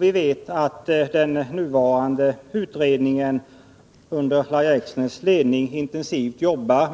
Vi vet att den nuvarande utredningen under Lahja Exners ledning arbetar intensivt